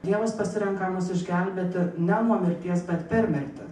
dievas pasirenka mus išgelbėti ne nuo mirties bet permirti